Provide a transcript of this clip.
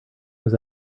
was